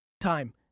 time